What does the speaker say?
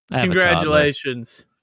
Congratulations